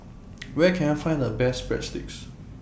Where Can I Find The Best Breadsticks